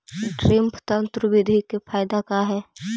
Drip तन्त्र बिधि के फायदा का है?